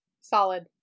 Solid